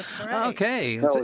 Okay